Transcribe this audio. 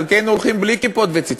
חלקנו הולכים בלי כיפות וציצית,